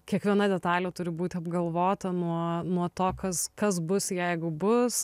kiekviena detalė turi būti apgalvota nuo nuo to kas kas bus jeigu bus